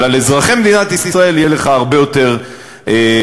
אבל על אזרחי מדינת ישראל יהיה לך הרבה יותר קשה,